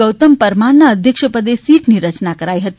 ગૌતમ પરમારના અધ્યક્ષપદે સીટની રચના થઇ હતી